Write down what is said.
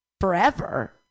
forever